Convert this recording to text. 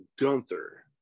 Gunther